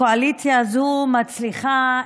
הקואליציה הזאת מצליחה,